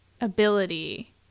ability